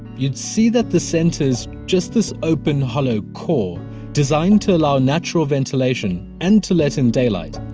you'd see that the center is just this open hollow core designed to allow natural ventilation and to let in daylight.